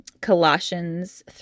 Colossians